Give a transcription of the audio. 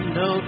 no